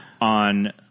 on